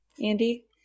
Andy